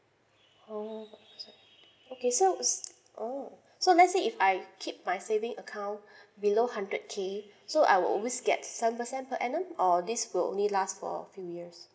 orh okay so orh so let's say I keep my saving account below hundred K so I will always get seven percent per annum or this will only last for few years